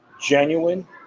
genuine